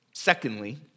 Secondly